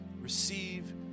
Receive